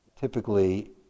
typically